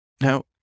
Now